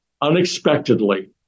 unexpectedly